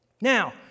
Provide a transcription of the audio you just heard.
Now